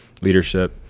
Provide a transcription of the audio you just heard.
leadership